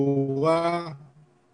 תחרותי שמבוסס רשת